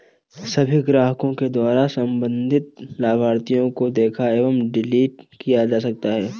सभी ग्राहकों के द्वारा सम्बन्धित लाभार्थी को देखा एवं डिलीट किया जा सकता है